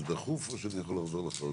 זה דחוף או לחזור אליך?"